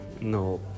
No